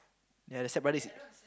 ya the stepbrother is